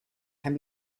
can